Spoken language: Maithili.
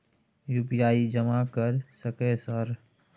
यु.पी.आई जमा कर सके सर?